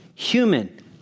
human